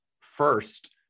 first